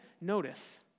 notice